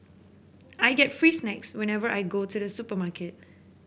I get free snacks whenever I go to the supermarket